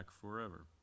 forever